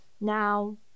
Now